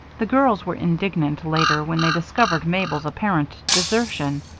the girls were indignant later when they discovered mabel's apparent desertion.